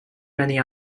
many